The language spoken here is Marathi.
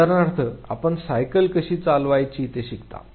उदाहरणार्थ आपण सायकल कशी चालवायची ते शिकता